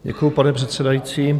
Děkuji, pane předsedající.